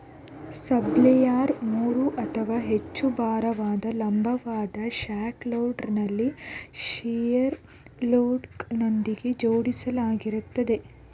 subsoiler ಮೂರು ಅಥವಾ ಹೆಚ್ಚು ಭಾರವಾದ ಲಂಬವಾದ ಶ್ಯಾಂಕ್ ಟೂಲ್ಬಾರಲ್ಲಿ ಶಿಯರ್ ಬೋಲ್ಟ್ಗಳೊಂದಿಗೆ ಜೋಡಿಸಲಾಗಿರ್ತದೆ